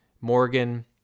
Morgan